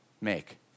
make